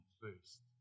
first